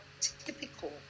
typical